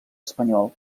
espanyol